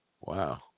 Wow